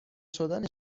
شدن